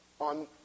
on